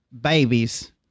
babies